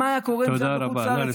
תודה רבה.